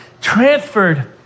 transferred